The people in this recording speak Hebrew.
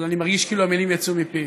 אבל אני מרגיש כאילו המילים יצאו מפי.